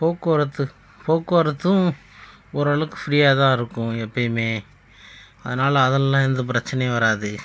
போக்குவரத்து போக்குவரத்தும் ஓரளவுக்கு ப்ரீயாகதான் இருக்கும் எப்பவுமே அதனால் அதெல்லாம் எந்த பிரச்சினையும் வராது